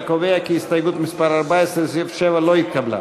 אני קובע כי הסתייגות מס' 14 לסעיף 7 לא התקבלה.